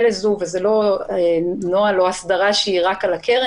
לזאת וזה לא נוהל או ההסדרה שהיא רק על הקרן,